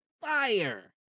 fire